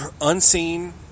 unseen